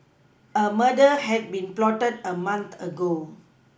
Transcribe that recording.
a murder had been plotted a month ago